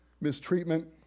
mistreatment